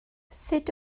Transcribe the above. sut